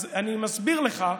אז אני מסביר לך,